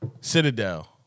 Citadel